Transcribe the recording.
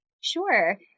sure